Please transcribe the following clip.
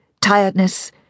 tiredness